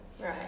Right